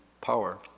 power